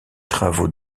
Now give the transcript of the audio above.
travaux